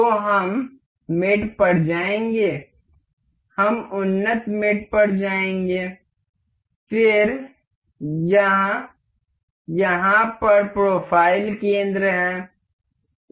तो हम मेट पर जाएंगे हम उन्नत मेट पर जाएंगे फिर यह यहाँ पर प्रोफ़ाइल केंद्र है